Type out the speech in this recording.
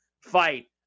fight